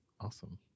Awesome